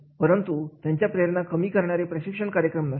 परंतु त्यांच्या प्रेरणा कमी करणारे प्रशिक्षण कार्यक्रम नसावेत